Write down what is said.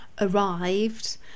arrived